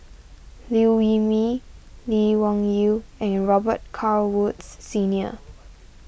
Liew Wee Mee Lee Wung Yew and your Robet Carr Woods Senior